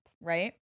right